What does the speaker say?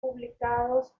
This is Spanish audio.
publicados